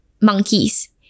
monkeys